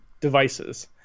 devices